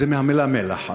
זה מהמילה "מלח".